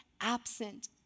absent